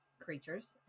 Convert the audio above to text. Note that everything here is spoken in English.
creatures